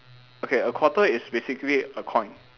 okay a quarter is basically a coin